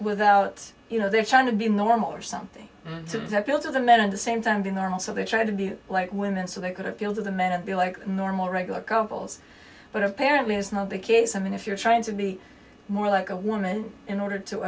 without you know they're trying to be normal or something to that bill to the men at the same time being normal so they try to be like women so they could appeal to the men and be like normal regular couples but apparently it's not the case i mean if you're trying to be more like a woman in order to